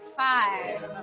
five